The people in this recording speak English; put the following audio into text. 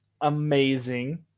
amazing